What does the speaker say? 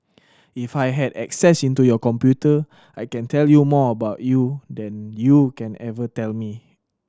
if I had access into your computer I can tell you more about you than you can ever tell me